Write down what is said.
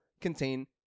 contain